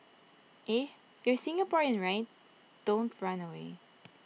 eh you're Singaporean right don't run away